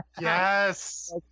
Yes